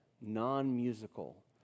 non-musical